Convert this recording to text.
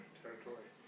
territory